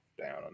down